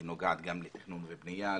היא נוגעת גם לתכנון ובנייה,